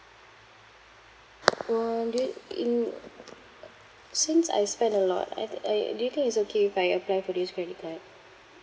uh do you in since I spend a lot I t~ I do you think it's okay if I apply for this credit card